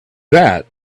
that